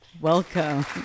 Welcome